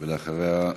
אחריה,